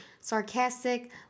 sarcastic